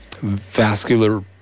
vascular